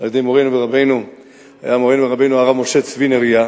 של מורנו ורבנו הרב משה צבי נריה,